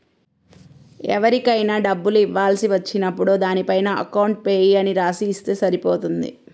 ఎవరికైనా డబ్బులు ఇవ్వాల్సి వచ్చినప్పుడు దానిపైన అకౌంట్ పేయీ అని రాసి ఇస్తే సరిపోతుంది